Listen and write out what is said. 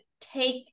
take